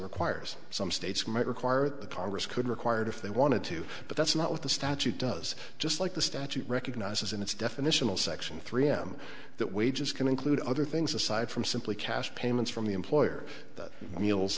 requires some states might require the congress could require if they wanted to but that's not what the statute does just like the statute recognizes in its definitional section three am that wages can include other things aside from simply cash payments from the employer